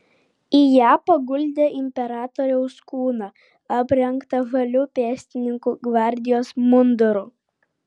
į ją paguldė imperatoriaus kūną aprengtą žaliu pėstininkų gvardijos munduru